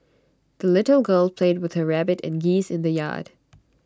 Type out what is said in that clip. the little girl played with her rabbit and geese in the yard